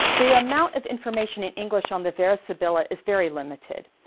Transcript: the amount of information in english on the vera sibilla is very limited.